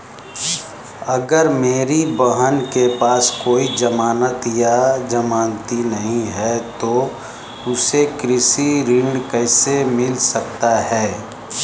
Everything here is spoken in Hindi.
अगर मेरी बहन के पास कोई जमानत या जमानती नहीं है तो उसे कृषि ऋण कैसे मिल सकता है?